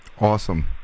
Awesome